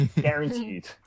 Guaranteed